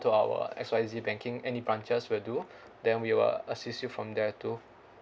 to our X Y Z banking any branches will do then we will assist you from there too